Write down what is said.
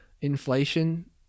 inflation